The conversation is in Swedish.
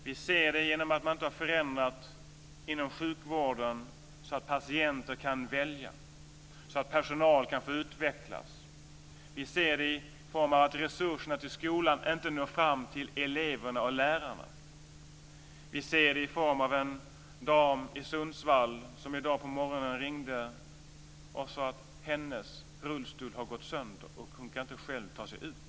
Vi ser det genom att man inte har förändrat inom sjukvården så att patienter kan välja och personal kan få utvecklas. Vi ser det i form av att resurserna till skolan inte når fram till eleverna och lärarna. Vi ser det i form av en dam i Sundsvall som ringde i dag på morgonen och sade att hennes rullstol hade gått sönder och att hon inte själv kunde ta sig ut.